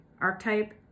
archetype